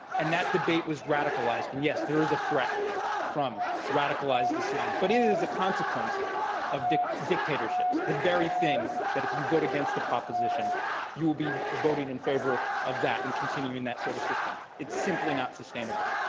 and that debate was radicalized, and, yes, there is a threat from radicalized islam. but it is the consequence of dictatorships, the very thing that if you vote against the proposition you will be voting in favor of that and continuing that sort of system. it's simply not sustainable.